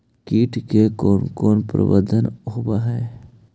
किट के कोन कोन प्रबंधक होब हइ?